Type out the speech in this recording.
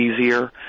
easier